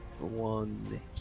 one